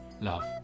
love